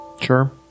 Sure